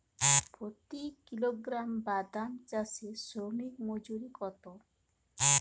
প্রতি কিলোগ্রাম বাদাম চাষে শ্রমিক মজুরি কত?